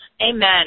Amen